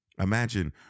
Imagine